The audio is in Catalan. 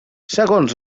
segons